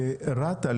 רת"א,